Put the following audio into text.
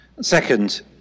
Second